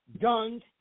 guns